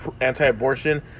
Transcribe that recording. anti-abortion